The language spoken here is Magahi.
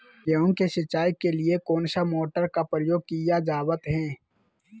गेहूं के सिंचाई के लिए कौन सा मोटर का प्रयोग किया जावत है?